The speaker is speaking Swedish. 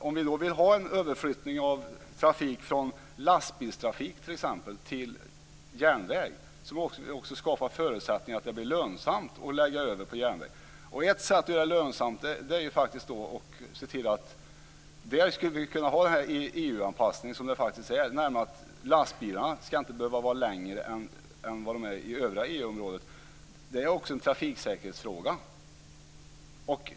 Om vi vill ha en överflyttning från t.ex. lastbilstrafik till järnväg måste vi skapa förutsättningar för att det ska bli lönsamt. För att göra det lönsamt skulle vi kunna tillämpa EU-anpassningen, som innebär att lastbilarna inte ska behöva vara längre här än vad de är i övriga EU-området. Det är också en säkerhetsfråga.